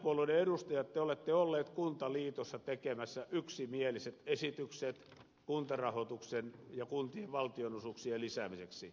hallituspuolueiden edustajat te olette olleet kuntaliitossa tekemässä yksimieliset esitykset kuntarahoituksen ja kuntien valtionosuuksien lisäämiseksi